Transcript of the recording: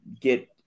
get